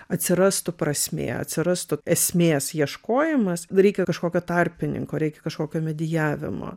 atsirastų prasmė atsirastų esmės ieškojimas reikia kažkokio tarpininko reikia kažkokio mediavimo